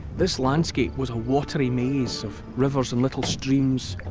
this landscape was a watery maze of rivers and little streams,